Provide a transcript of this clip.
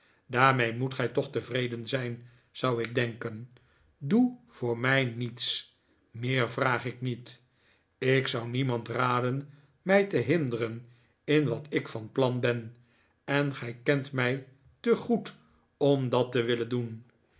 daarmee moet gij toch tevreden zijn zou ik denken doe voor mij niets meer vraag ik niet ik zou niemand raden mij te hinderen in wat ik van plan ben en gij kent mij te goed om dat te willen doen